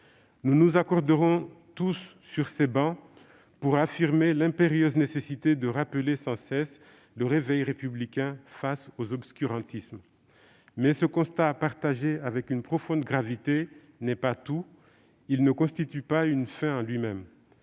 Nous nous accorderons tous sur ces travées pour affirmer l'impérieuse nécessité de rappeler sans cesse le réveil républicain face aux obscurantismes. Mais ce constat, partagé avec une profonde gravité, n'est pas tout. Il ne constitue pas une fin en lui-même.